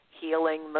healing